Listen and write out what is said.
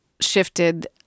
shifted